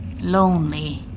lonely